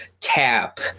tap